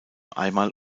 einmal